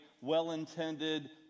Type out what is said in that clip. well-intended